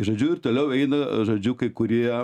žodžiu ir toliau eina žodžiu kai kurie